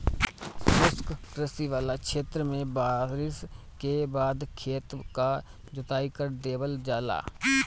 शुष्क कृषि वाला क्षेत्र में बारिस के बाद खेत क जोताई कर देवल जाला